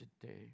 today